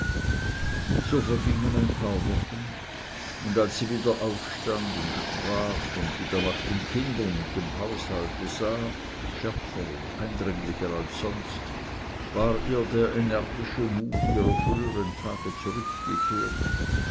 so vergingen ein paar wochen und als sie wieder aufstand und sprach und wieder nach den kindern und dem haushalte sah schärfer und eindringlicher als sonst war ihr der energische mut ihrer früheren tage zurückgekehrt